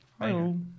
Hello